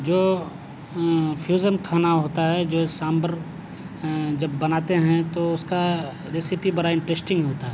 جو فیوژن کھانا ہوتا ہے جو سامبھر جب بناتے ہیں تو اس کا ریسیپی بڑا انٹسٹنگ ہوتا ہے